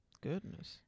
Goodness